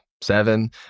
seven